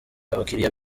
abakiriya